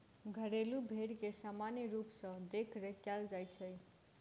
घरेलू भेंड़ के सामान्य रूप सॅ देखरेख कयल जाइत छै